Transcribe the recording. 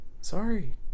Sorry